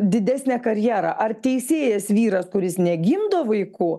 didesnę karjerą ar teisėjas vyras kuris negimdo vaikų